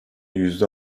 yüzde